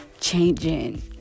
changing